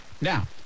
Now